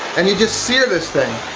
and you just sear this thing.